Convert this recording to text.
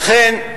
לכן,